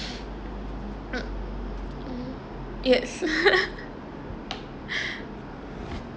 yes